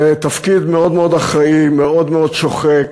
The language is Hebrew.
זה תפקיד מאוד מאוד אחראי, מאוד מאוד שוחק,